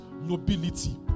nobility